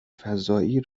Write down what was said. فضایی